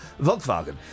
Volkswagen